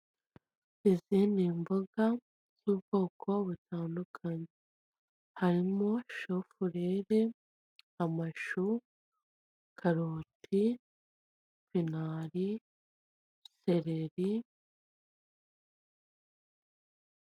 Izi ni imboga z'ubwoko butandukanye. Harimo: shofurere, amashu, karoti, penali, sereri,...